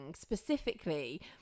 specifically